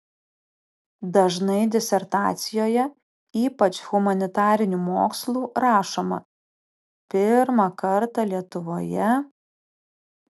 dažnai disertacijoje ypač humanitarinių mokslų rašoma pirmą kartą lietuvoje